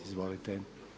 Izvolite.